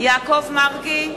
יעקב מרגי,